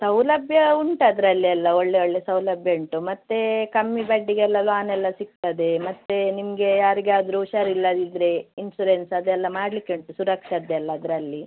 ಸೌಲಭ್ಯ ಉಂಟು ಅದರಲ್ಲಿ ಎಲ್ಲ ಒಳ್ಳೆಯ ಒಳ್ಳೆಯ ಸೌಲಭ್ಯ ಉಂಟು ಮತ್ತು ಕಮ್ಮಿ ಬಡ್ಡಿಗೆಲ್ಲ ಲ್ವಾನೆಲ್ಲ ಸಿಗ್ತದೆ ಮತ್ತು ನಿಮಗೆ ಯಾರಿಗಾದರು ಹುಷಾರಿಲ್ಲದಿದ್ದರೆ ಇನ್ಸುರೆನ್ಸ್ ಅದೆಲ್ಲ ಮಾಡ್ಲಿಕ್ಕೆ ಉಂಟು ಸುರಕ್ಷದ್ದೆಲ್ಲ ಅದರಲ್ಲಿ